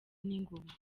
n’ingoma